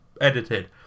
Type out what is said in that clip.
edited